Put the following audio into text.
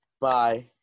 Bye